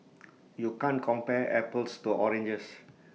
you can't compare apples to oranges